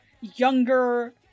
younger